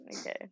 Okay